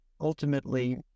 ultimately